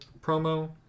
promo